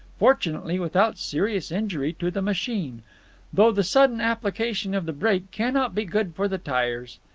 fortunately without serious injury to the machine though the sudden application of the brake cannot be good for the tyres.